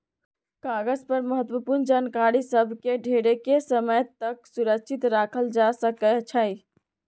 कागज पर महत्वपूर्ण जानकारि सभ के ढेरेके समय तक सुरक्षित राखल जा सकै छइ